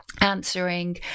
answering